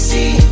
See